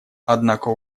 однако